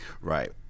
Right